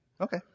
Okay